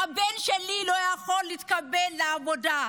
הבן שלי לא יכול להתקבל לעבודה,